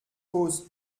fosse